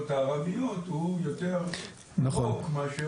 הערביות הוא יותר עמוק מאשר ברשויות יהודיות מתורגלות.